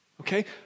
Okay